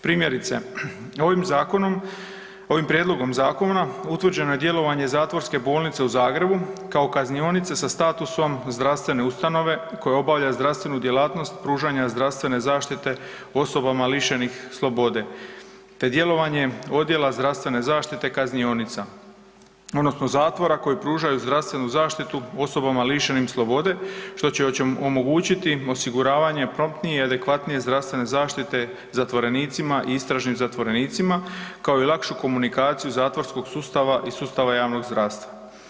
Primjerice, ovim zakonom, ovim prijedlogom zakona, utvrđeno je djelovanje Zatvorske bolnice u Zagrebu kao kaznionice sa statusom zdravstvene ustanove koja obavlja zdravstvenu djelatnost pružanja zdravstvene zaštite osobama lišenih slobode te djelovanje odjela zdravstvene zaštite kaznionica, odnosno zatvora koji pružaju zdravstvenu zaštitu osobama lišenih slobode, što će omogućiti osiguravanje promptnije i adekvatnije zdravstvene zaštite zatvorenicima i istražnim zatvorenicima, kao i lakšu komunikaciju zatvorskog sustava i sustava javnog zdravstva.